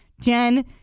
Jen